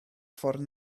ffordd